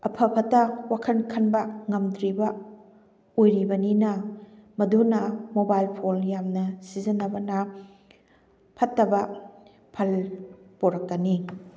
ꯑꯐ ꯐꯠꯇ ꯋꯥꯈꯟ ꯈꯟꯕ ꯉꯝꯗ꯭ꯔꯤꯕ ꯑꯣꯏꯔꯤꯕꯅꯤꯅ ꯃꯗꯨꯅ ꯃꯣꯕꯥꯏꯜ ꯐꯣꯜ ꯌꯥꯝꯅ ꯁꯤꯖꯟꯅꯕꯅ ꯐꯠꯇꯕ ꯐꯜ ꯄꯣꯔꯛꯀꯅꯤ